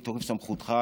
מתוקף סמכותך,